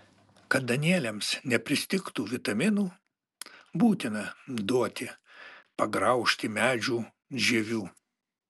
kad danieliams nepristigtų vitaminų būtina duoti pagraužti medžių žievių